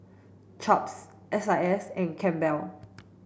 Chaps S I S and Campbell's